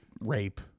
rape